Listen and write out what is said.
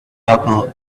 purple